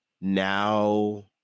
now